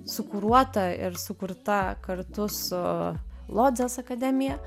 sukuruota ir sukurta kartu su lodzės akademija